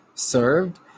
served